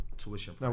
tuition